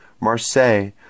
Marseille